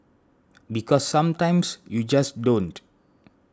because sometimes you just don't